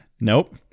Nope